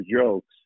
jokes